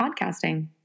podcasting